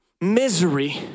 misery